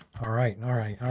all right. and all right.